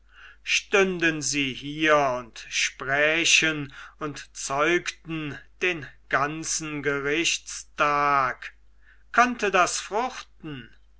stünden sie hier und sprächen und zeugten den ganzen gerichtstag könnte das fruchten